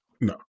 No